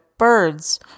birds